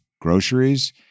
groceries